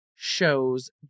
shows